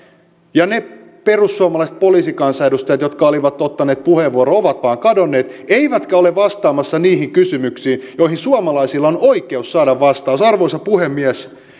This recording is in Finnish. ja ne perussuomalaiset poliisikansanedustajat jotka olivat ottaneet puheenvuoron ovat vain kadonneet eivätkä ole vastaamassa niihin kysymyksiin joihin suomalaisilla on oikeus saada vastaus arvoisa puhemies